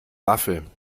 waffel